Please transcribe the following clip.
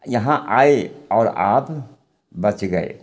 यहाँ आए और आप बच गए